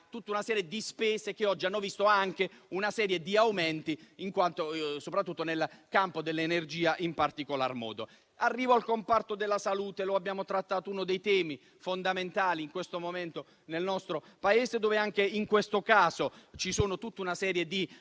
tutta una serie di spese che oggi hanno visto anche una serie di aumenti, soprattutto nel campo dell'energia. Arrivo al comparto della salute, che è uno dei temi fondamentali in questo momento nel nostro Paese: anche in questo caso c'è tutta una serie di